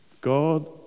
God